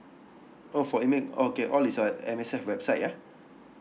oh for email okay all is on M_S_F website yeah